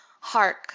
hark